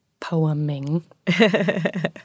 poeming